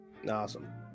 Awesome